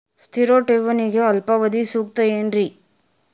ಸ್ಥಿರ ಠೇವಣಿಗೆ ಅಲ್ಪಾವಧಿ ಸೂಕ್ತ ಏನ್ರಿ?